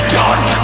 done